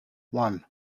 one